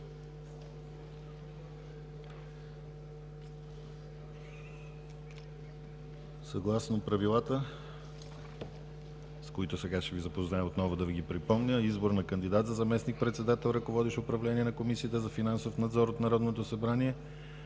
Съгласно правилата, с които сега ще Ви запозная, отново да Ви ги припомня: избор на кандидат за заместник-председател, ръководещ управление на Комисията за финансов надзор от Народното събрание.